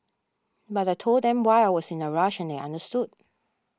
but I told them why I was in a rush and they understood